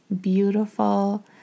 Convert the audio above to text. beautiful